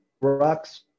rocks